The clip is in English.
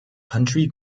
country